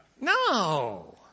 No